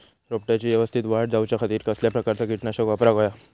रोपट्याची यवस्तित वाढ जाऊच्या खातीर कसल्या प्रकारचा किटकनाशक वापराक होया?